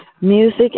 Music